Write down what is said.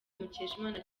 mukeshimana